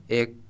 ek